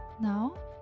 Now